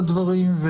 לדברים,